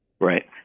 right